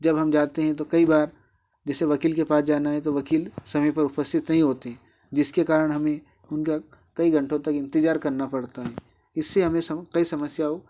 जब हम जाते हैं तो कई बार जैसे वकील के पास जाना है तो वकील समय पर उपस्थित नहीं होते जिसके कारण हमें उनका कई घंटों तक इंतजार करना पड़ता है इससे हमें सम कई समस्याओं